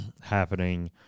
happening